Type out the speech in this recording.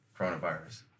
Coronavirus